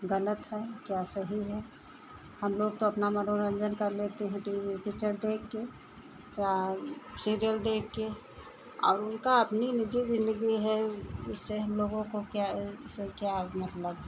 गलत है क्या सही है हमलोग तो अपना मनोरन्जन कर लेते हैं तो पिक्चर देखकर या सीरियल देखकर और उनकी अपनी निजी ज़िन्दगी है उससे हमलोगों को क्या क्या मतलब